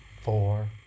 four